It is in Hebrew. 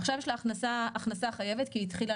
עכשיו יש לה הכנסה חייבת כי היא התחילה